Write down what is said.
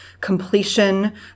completion